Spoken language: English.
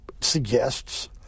suggests